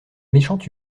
méchante